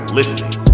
listening